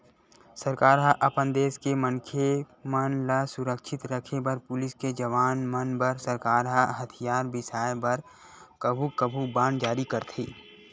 सरकार ह अपन देस के मनखे मन ल सुरक्छित रखे बर पुलिस के जवान मन बर सरकार ह हथियार बिसाय बर कभू कभू बांड जारी करथे